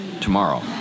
tomorrow